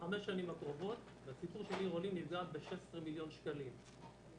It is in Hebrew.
בחמש השנים הקרובות 16 מיליון שקלים.